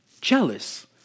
jealous